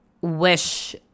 wish